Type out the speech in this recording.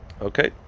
Okay